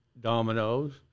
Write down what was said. dominoes